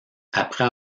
après